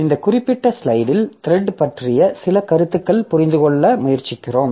இந்த குறிப்பிட்ட ஸ்லைடில் த்ரெட் பற்றிய சில கருத்துகளுக்கு புரிந்துகொள்ள முயற்சிக்கிறோம்